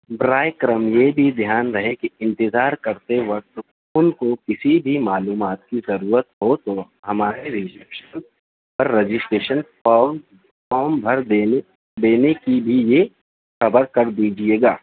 براہ کرم یہ بھی دھیان رہے کہ انتظار کرتے وقت ان کو کسی بھی معلومات کی ضرورت ہو تو ہمارے رجیکشن پر رجسٹریشن فارم فارم بھر دینے دینے کی بھی لیے خبر کر دیجیے گا